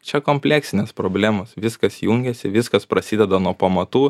čia kompleksinės problemos viskas jungiasi viskas prasideda nuo pamatų